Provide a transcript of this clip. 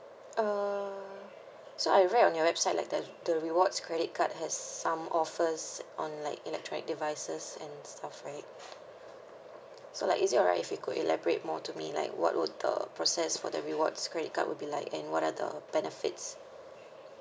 uh so I read on your website like the the rewards credit card has some offers on like electronic devices and stuff right so like is it alright if you could elaborate more to me like what would the process for the rewards credit card would be like and what are the benefits